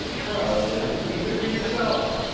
well then, keep it for yourself!